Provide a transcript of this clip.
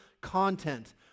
content